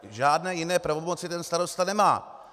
Žádné jiné pravomoci ten starosta nemá.